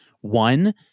One